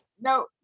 no